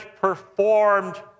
performed